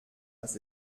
was